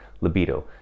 libido